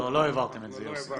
לא, לא העברתם את זה, יוסי.